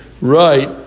right